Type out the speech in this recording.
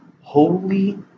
holy